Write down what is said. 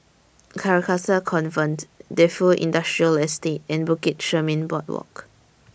Carcasa Convent Defu Industrial Estate and Bukit Chermin Boardwalk